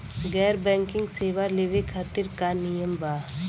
गैर बैंकिंग सेवा लेवे खातिर का नियम बा?